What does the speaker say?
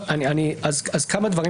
אני אשלים כמה דברים.